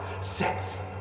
sets